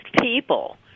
people